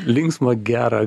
linksmą gerą